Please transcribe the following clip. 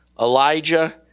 Elijah